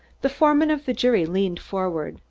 the foreman of the jury leaned forward.